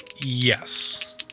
Yes